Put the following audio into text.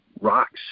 rocks